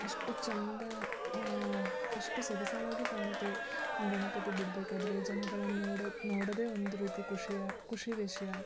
ಅಷ್ಟು ಚಂದ ಅಷ್ಟು ಸೊಗಸಾಗಿ ಕಾಣುತ್ತೆ ಗಣಪತಿ ಬಿಡಬೇಕಾದ್ರೆ ಜನಗಳನ್ನು ನೋಡೊ ನೋಡೋದೆ ಒಂದು ರೀತಿ ಖುಷಿಯ ಖುಷಿ ವಿಷಯ